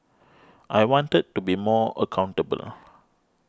I wanted to be more accountable